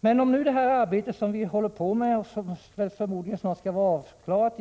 Det arbete som vi nu håller på med i energirådet kommer förmodligen snart att vara avklarat,